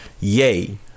Yay